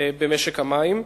במשק המים,